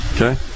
Okay